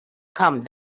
come